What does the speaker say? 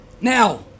Now